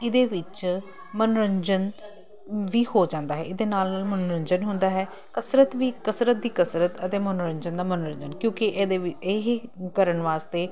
ਇਹਦੇ ਵਿੱਚ ਮਨੋਰੰਜਨ ਵੀ ਹੋ ਜਾਂਦਾ ਹੈ ਇਹਦੇ ਨਾਲ ਨਾਲ ਮੰਨੋਰੰਜਨ ਹੁੰਦਾ ਹੈ ਕਸਰਤ ਵੀ ਕਸਰਤ ਦੀ ਕਸਰਤ ਅਤੇ ਮਨੋਰੰਜਨ ਦਾ ਮਨੋਰੰਜਨ ਕਿਉਂਕਿ ਇਹਦੇ ਇਹ ਕਰਨ ਵਾਸਤੇ